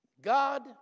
God